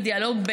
בדיאלוג,